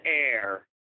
air